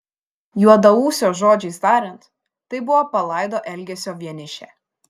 juodaūsio žodžiais tariant tai buvo palaido elgesio vienišė